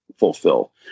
fulfill